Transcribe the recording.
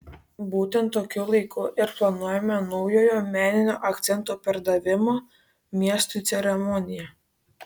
būtent tokiu laiku ir planuojama naujojo meninio akcento perdavimo miestui ceremonija